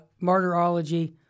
Martyrology